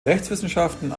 rechtswissenschaften